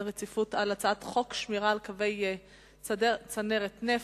רציפות על הצעת חוק שמירה על קווי צנרת נפט,